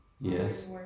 Yes